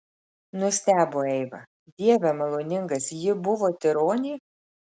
nustebo eiva dieve maloningas ji buvo tironė